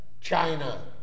China